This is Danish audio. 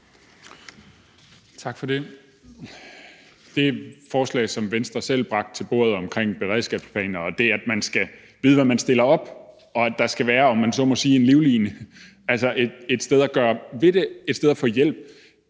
Tak for det. Det forslag, som Venstre selv bragte til bordet, omkring beredskabsplaner og det, at man skal vide, hvad man stiller op, og at der skal være, om man så må sige, en livline, altså et sted at gøre noget ved det, et sted at få hjælp,